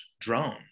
drones